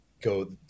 go